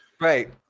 Right